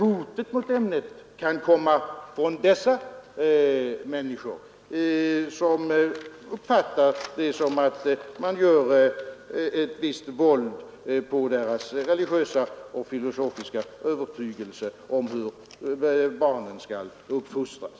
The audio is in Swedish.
Hotet mot ämnet kan komma från dessa människor, vilka uppfattar det som ett våld på deras religiösa och filosofiska övertygelse om hur barnen skall uppfostras.